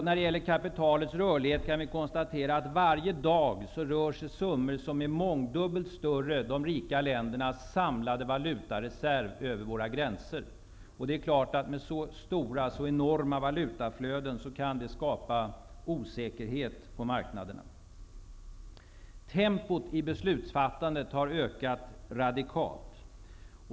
När det gäller kapitalets rörlighet kan vi konstatera att summor som är mångdubbelt större än de rika ländernas samlade valutareserv varje dag rör sig över våra gränser. Det är klart att så enorma valutaflöden kan skapa osäkerhet på marknaderna. Tempot i beslutsfattandet har ökat radikalt.